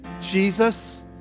Jesus